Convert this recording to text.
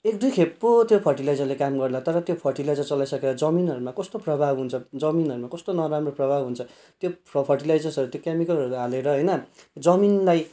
एक दुई खेप पो त्यो फर्टिलाइजरले काम गर्ला तर त्यो फर्टिलाइजर चलाइसकेर जमिनहरूमा कस्तो प्रभाव हुन्छ जमिनहरूमा कस्तो नराम्रो प्रभाव हुन्छ त्यो फर्टिलाइजर्सहरू त्यो क्यामिकलहरू हालेर होइन जमिनलाई